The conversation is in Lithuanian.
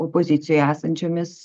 opozicijoj esančiomis